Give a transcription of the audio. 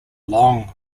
long